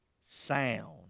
sound